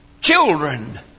Children